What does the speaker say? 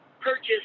purchase